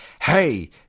hey